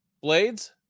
Blades